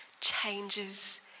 changes